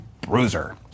bruiser